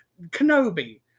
Kenobi